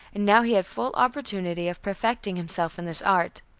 and now he had full opportunity of perfecting himself in this art.